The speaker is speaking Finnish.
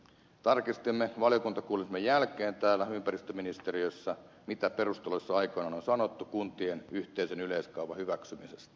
tarkistimme valiokuntakuulemisen jälkeen täällä ympäristöministeriössä mitä perusteluissa aikoinaan on sanottu kuntien yhteisen yleiskaavan hyväksymisestä